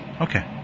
Okay